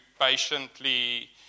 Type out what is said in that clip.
patiently